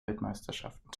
weltmeisterschaften